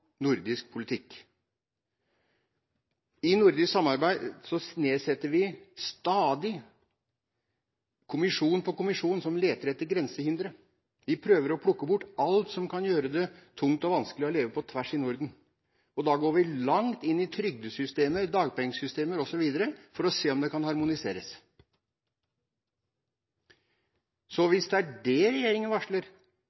nordisk politikk. I nordisk samarbeid nedsetter vi stadig kommisjon på kommisjon som leter etter grensehindre. De prøver å plukke bort alt som kan gjøre det tungt og vanskelig å leve «på tvers» i Norden, og da går vi langt inn i trygdesystemer, dagpengesystemer osv. for å se om det kan